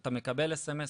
אתה מקבל SMS,